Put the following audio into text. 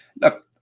look